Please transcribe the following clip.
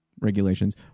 regulations